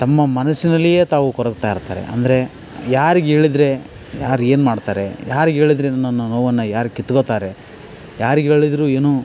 ತಮ್ಮ ಮನಸ್ಸಿನಲ್ಲಿಯೆ ತಾವು ಕೊರಗ್ತಾ ಇರುತ್ತಾರೆ ಅಂದರೆ ಯಾರಿಗೇಳಿದ್ರೆ ಯಾರು ಏನು ಮಾಡ್ತಾರೆ ಯಾರಿಗೇಳಿದ್ರೆ ನನ್ನ ನೋವನ್ನು ಯಾರು ಕಿತ್ಕೋತಾರೆ ಯಾರಿಗೇಳಿದ್ರೂ ಏನು